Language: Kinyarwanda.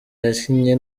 yakinnye